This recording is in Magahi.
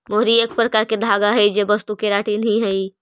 मोहरी एक प्रकार के धागा हई जे वस्तु केराटिन ही हई